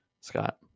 Scott